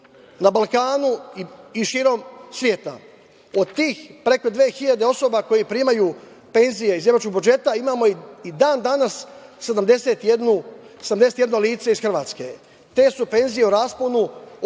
na Balkanu i širom sveta. Od tih preko dve hiljade osoba koje primaju penzije iz nemačkog budžeta imamo i dan danas 71 lice iz Hrvatske. Te su penzije u rasponu od